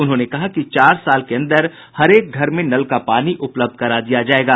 उन्होंने कहा कि चार साल के अंदर हरेक घर में नल का पानी उपलब्ध करा दिया जायेगा